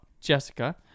Jessica